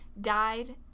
died